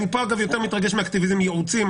אגב, פה אני יותר מתרגש מאקטיביזם ייעוצי.